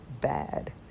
Bad